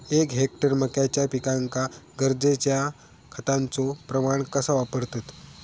एक हेक्टर मक्याच्या पिकांका गरजेच्या खतांचो प्रमाण कसो वापरतत?